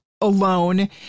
alone